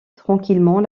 tranquillement